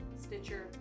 Stitcher